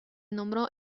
nombró